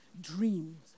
dreams